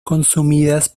consumidas